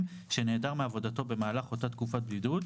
שנעדר מעבודתו במהלך אותה תקופת בידוד,